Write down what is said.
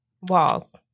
Walls